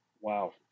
Wow